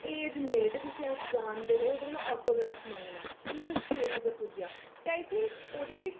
ते एह् जे मे ते जिसी अस जानदे हे ओह्दे कोला आटोग्राफ मंगना की ओह् उस स्जेज उप्पर पुज्जेआ ते आई थिंक ओह्दे बी